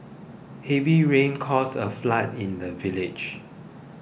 heavy rains caused a flood in the village